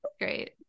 Great